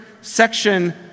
section